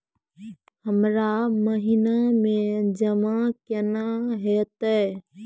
हमरा महिना मे जमा केना हेतै?